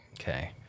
Okay